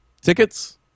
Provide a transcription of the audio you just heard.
tickets